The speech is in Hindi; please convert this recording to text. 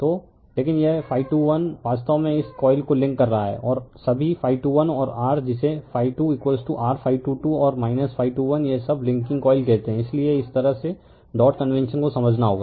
तो लेकिन यह वास्तव में इस कॉइल को लिंक कर रहा हैं और सभीऔर r जिसे rऔर यह सब लिंकिंग कॉइल कहते हैं इसलिए इस तरह से डॉट कन्वेंशन को समझना होगा